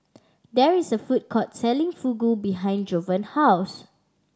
there is a food court selling Fugu behind Jovan house